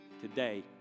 Today